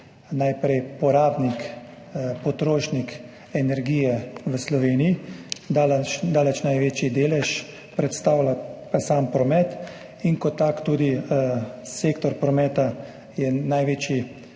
največji porabnik, potrošnik energije v Sloveniji. Daleč, daleč največji delež predstavlja pa sam promet in kot tak je tudi sektor prometa odgovoren